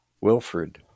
Wilfred